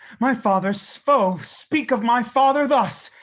my father's foe speak of my father thus?